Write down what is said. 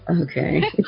Okay